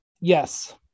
Yes